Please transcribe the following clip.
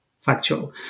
factual